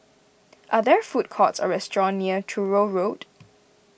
are there food courts or restaurants near Truro Road